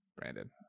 Brandon